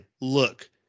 look